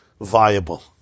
viable